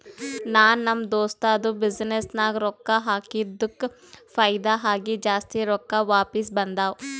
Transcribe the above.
ನಾ ನಮ್ ದೋಸ್ತದು ಬಿಸಿನ್ನೆಸ್ ನಾಗ್ ರೊಕ್ಕಾ ಹಾಕಿದ್ದುಕ್ ಫೈದಾ ಆಗಿ ಜಾಸ್ತಿ ರೊಕ್ಕಾ ವಾಪಿಸ್ ಬಂದಾವ್